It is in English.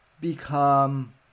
become